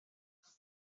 فکر